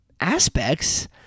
aspects